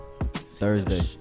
Thursday